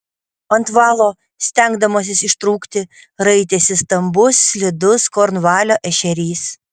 ant valo stengdamasis ištrūkti raitėsi stambus slidus kornvalio ešerys